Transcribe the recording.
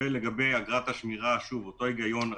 לגבי אגרת השמירה, שוב, אותו היגיון.